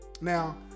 Now